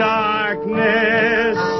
darkness